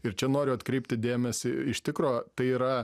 ir čia noriu atkreipti dėmesį iš tikro tai yra